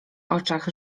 oczach